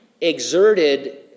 exerted